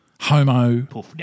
homo